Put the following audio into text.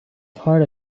part